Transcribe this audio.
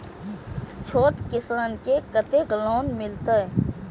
छोट किसान के कतेक लोन मिलते?